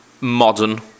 modern